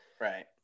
Right